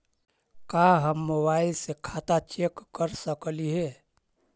का हम मोबाईल से खाता चेक कर सकली हे?